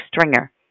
Stringer